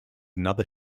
another